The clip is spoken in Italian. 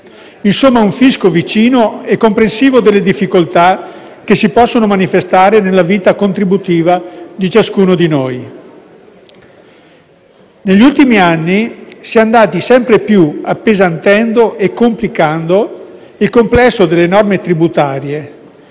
insomma un fisco vicino e comprensivo delle difficoltà che si possono manifestare nella vita contributiva di ciascuno di noi. Negli ultimi anni si è andati sempre più appesantendo e complicando il complesso delle norme tributarie,